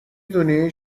دونی